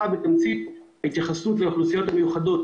בתמצית, ההתייחסות לאוכלוסיות המיוחדות